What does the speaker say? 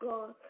God